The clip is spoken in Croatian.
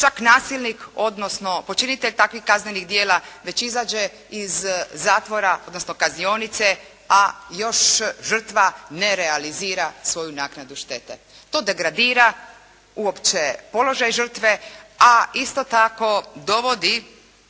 čak nasilnik, odnosno počinitelj takvih kaznenih djela već izađe iz zatvora, odnosno kaznionice, a još žrtva ne realizira svoju naknadu štete. To degradira uopće položaj žrtve, a isto tako dovodi